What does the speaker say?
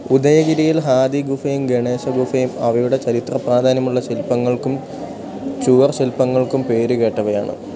ഉദയഗിരിയിലെ ഹാഥി ഗുംഫയും ഗണേശ ഗുംഫയും അവയുടെ ചരിത്രപ്രാധാന്യമുള്ള ശിൽപ്പങ്ങൾക്കും ചുവര്ശില്പ്പങ്ങള്ക്കും പേരുകേട്ടവയാണ്